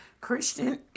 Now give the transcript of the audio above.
Christian